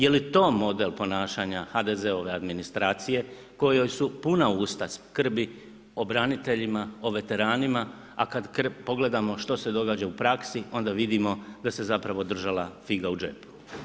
Jeli to model ponašanja HDZ-ove administracije kojoj su puna usta skrbi o braniteljima, o veteranima, a kada pogledamo što se događa u praksi onda vidimo da se zapravo država figa u džepu.